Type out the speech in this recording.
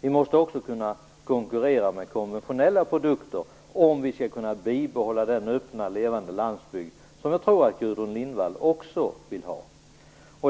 Vi måste också kunna konkurrera med konventionella produkter om vi skall kunna bibehålla den öppna levande landsbygd som jag tror att Gudrun Lindvall också vill ha.